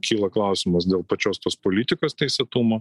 kyla klausimas dėl pačios tos politikos teisėtumo